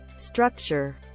structure